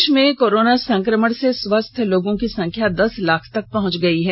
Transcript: देश में कोरोना संक्रमण से स्वस्थ लोगों की संख्या दस लाख तक पहुंच गई है